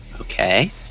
Okay